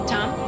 Tom